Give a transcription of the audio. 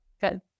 good